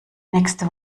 nächste